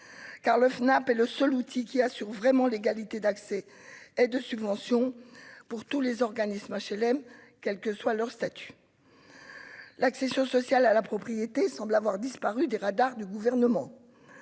car le FNAP est le seul outil qui assure vraiment l'égalité d'accès et de subventions pour tous les organismes HLM, quelle que soit leur statut, l'accession sociale à la propriété semble avoir disparu des radars du gouvernement,